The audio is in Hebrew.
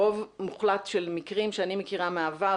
ברוב מוחלט של מקרים שאני מכירה מהעבר,